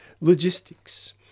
logistics